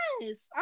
yes